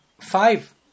five